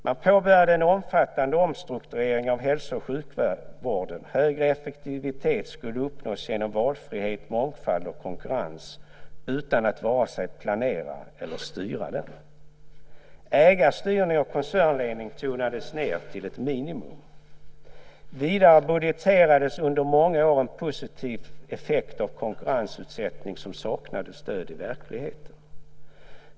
Man påbörjade en omfattande omstrukturering av hälso och sjukvården - högre effektivitet skulle uppnås genom valfrihet, mångfald och konkurrens - utan att vare sig planera eller styra den. Ägarstyrning och koncernledning tonades ned till ett minimum. Vidare budgeterades under många år en positiv effekt av konkurrensutsättning som saknade stöd i verkligheten.